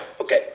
Okay